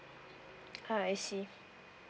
ah I see